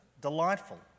delightful